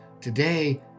Today